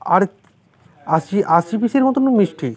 আর ত্ আশি আশি পিসের মতনও মিষ্টি